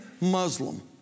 Muslim